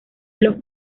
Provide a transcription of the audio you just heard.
los